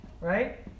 right